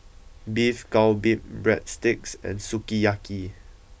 Beef Galbi Breadsticks and Sukiyaki